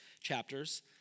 chapters